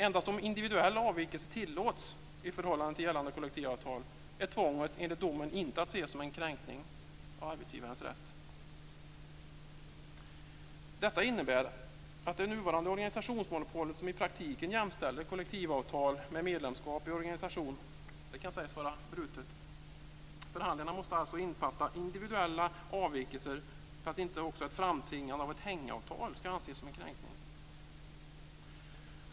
Endast om individuella avvikelser tillåts i förhållande till gällande kollektivavtal är tvånget enligt domen inte att se som en kränkning av arbetsgivarens rätt. Detta innebär att det nuvarande organisationsmonopolet, som i praktiken jämställer kollektivavtal med medlemskap i organisation, kan sägas vara brutet. Förhandlingarna måste alltså innefatta individuella avvikelser för att inte också ett framtvingande av ett hängavtal skall anses som en kränkning.